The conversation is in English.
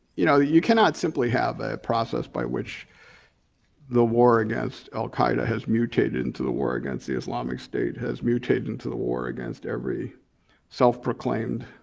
you know, you cannot simply have a process by which the war against al-qaeda has mutated into the war against the islamic state, has mutated into the war against every self-proclaimed